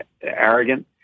arrogant